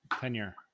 tenure